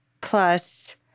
Plus